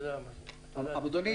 --- אדוני,